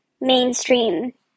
mainstream